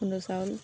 খুন্দু চাউল